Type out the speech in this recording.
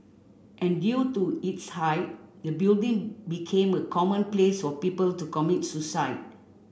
and due to its height the building became a common place for people to commit suicide